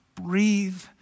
breathe